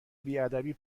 بیادبی